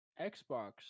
Xbox